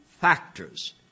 factors